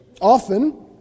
Often